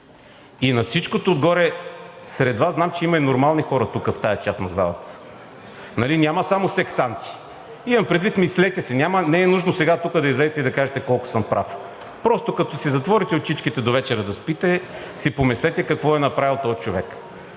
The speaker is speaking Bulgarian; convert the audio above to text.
И на всичкото отгоре сред Вас, знам, че има и нормални хора тук, в тази част на залата, нали, няма само сектанти – имам предвид, мислете си. Не е нужно сега тук да излезете и да кажете колко съм прав. Просто като си затворите очичките довечера да спите, си помислете какво е направил този човек